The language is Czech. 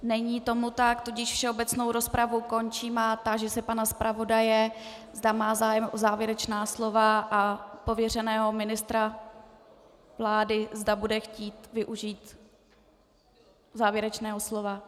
Není tomu tak, tudíž všeobecnou rozpravu končím a táži se pana zpravodaje, zda má zájem o závěrečná slova, a pověřeného ministra vlády, zda bude chtít využít závěrečného slova.